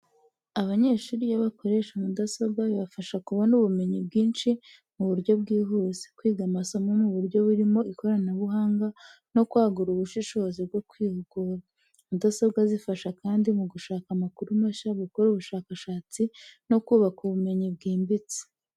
Abanyeshuri iyo bakoresha mudasobwa, bibafasha kubona ubumenyi bwinshi mu buryo bwihuse, kwiga amasomo mu buryo burimo ikoranabuhanga no kwagura ubushobozi bwo kwihugura. Mudasobwa zifasha kandi mu gushaka amakuru mashya, gukora ubushakashatsi no kubaka ubumenyi bwimbitse.